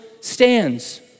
stands